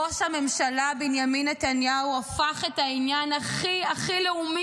ראש הממשלה בנימין נתניהו הפך את העניין הכי הכי לאומי